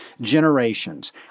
generations